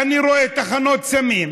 אני רואה תחנות סמים